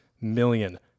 million